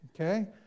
okay